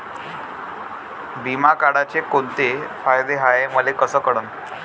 बिमा काढाचे कोंते फायदे हाय मले कस कळन?